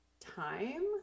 time